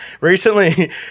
Recently